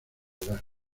edad